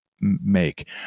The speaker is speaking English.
make